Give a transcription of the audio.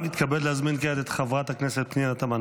אני מתכבד להזמין כעת את חברת הכנסת פנינה תמנו